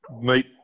meet